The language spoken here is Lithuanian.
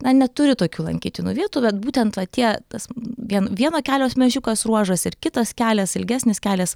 na neturi tokių lankytinų vietų bet būtent va tie tas vien vieno kelias mažiukas ruožas ir kitas kelias ilgesnis kelias